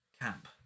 camp